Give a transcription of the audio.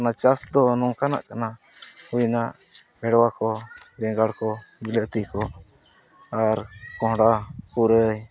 ᱚᱱᱟ ᱪᱟᱥ ᱫᱚ ᱱᱚᱝᱠᱟᱱᱟᱜ ᱠᱟᱱᱟ ᱦᱩᱭᱱᱟ ᱵᱷᱮᱲᱣᱟ ᱠᱚ ᱵᱮᱸᱜᱟᱲ ᱠᱚ ᱵᱤᱞᱟᱹᱛᱤ ᱠᱚ ᱟᱨ ᱠᱚᱸᱰᱦᱟ ᱯᱩᱨᱟᱹᱭ